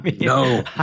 No